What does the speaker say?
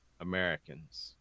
Americans